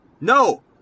No